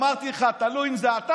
אמרתי לך, תלוי אם זה אתה